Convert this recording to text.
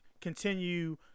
continue